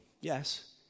yes